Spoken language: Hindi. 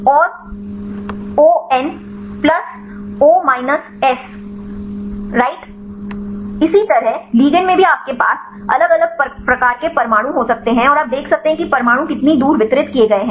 ओ N plus O minus S right इसी तरह लिगंड में भी आपके पास अलग अलग प्रकार के परमाणु हो सकते हैं और देख सकते हैं कि परमाणु कितनी दूर वितरित किए गए हैं